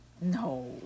No